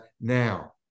now